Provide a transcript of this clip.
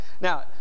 Now